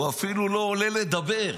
הוא אפילו לא עולה לדבר,